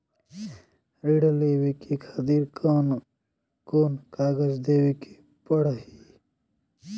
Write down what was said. ऋण लेवे के खातिर कौन कोन कागज देवे के पढ़ही?